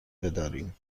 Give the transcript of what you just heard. بداریم